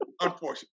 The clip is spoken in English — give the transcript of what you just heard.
Unfortunately